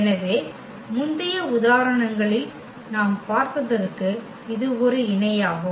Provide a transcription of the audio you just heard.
எனவே முந்தைய உதாரணங்களில் நாம் பார்த்ததற்கு இது ஒரு இணையாகும்